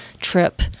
trip